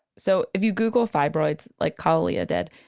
so if you google fibroids, like kalalea did,